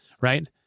right